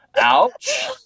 ouch